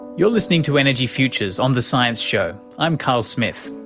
you're listening to energy futures on the science show, i'm carl smith.